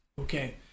okay